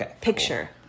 picture